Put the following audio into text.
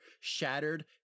shattered